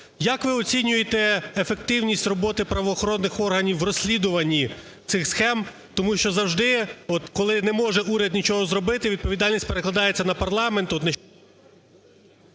Як ви оцінюєте ефективність роботи правоохоронних органів в розслідуванні цих схем? Тому що завжди от коли не може уряд нічого зробити, відповідальність перекладається на парламент